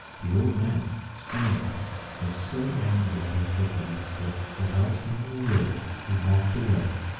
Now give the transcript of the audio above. the old man, seeing this, was so angry at her fickleness that, without saying a word, he walked away,